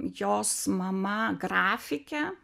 jos mama grafikė